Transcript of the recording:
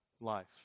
life